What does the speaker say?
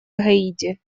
гаити